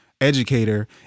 educator